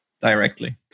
directly